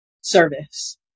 service